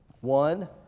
One